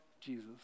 Jesus